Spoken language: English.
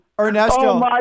Ernesto